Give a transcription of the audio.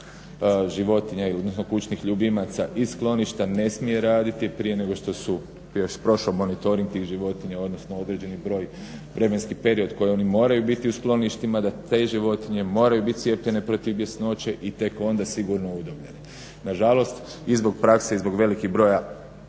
životinja, odnosno kućnih ljubimaca iz skloništa ne smije raditi prije nego što je još prošao monitoring tih životinja, odnosno određeni vremenski period koji oni moraju biti u skloništima. Da te životinje moraju biti cijepljene protiv bjesnoće i tek onda sigurno udomljene. Nažalost, i zbog prakse i zbog velikog broja